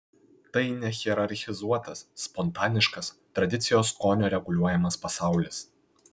tai nehierarchizuotas spontaniškas tradicijos skonio reguliuojamas pasaulis